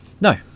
No